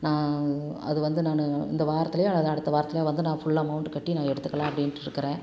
நான் அது வந்து நான் இந்த வாரத்துலேயோ அல்லது அடுத்த வாரத்துலேயோ வந்து நான் ஃபுல் அமௌண்ட்டு கட்டி நான் எடுத்துக்கலாம் அப்டின்ட்ருக்கிறேன்